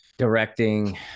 directing